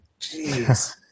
Jeez